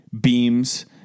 Beams